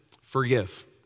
forgive